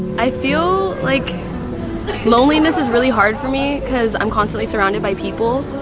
i feel like loneliness is really hard for me cause i'm constantly surrounded by people.